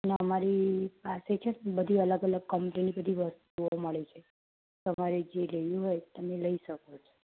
અમારી પાસે છે બધી અલગ અલગ કંપનીની બધી વસ્તુઓ મડે છે તમારે જે લેવી હોય તમે લઈ સકો છો